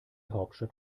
hauptstadt